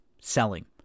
selling